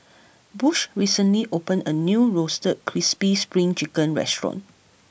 Bush recently opened a new Roasted Crispy Spring Chicken restaurant